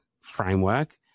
framework